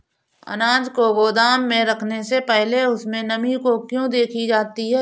अनाज को गोदाम में रखने से पहले उसमें नमी को क्यो देखी जाती है?